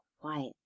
quiet